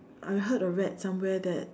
I heard or read somewhere that